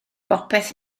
bopeth